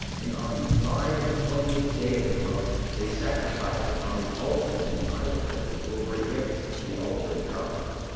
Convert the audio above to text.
and on the five and twentieth day of the month they sacrificed upon the altar of the idol that was over against the altar of god.